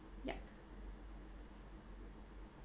ya